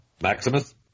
Maximus